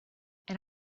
and